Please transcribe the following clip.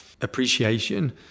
appreciation